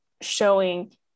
showing